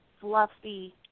fluffy